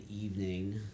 evening